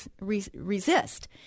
resist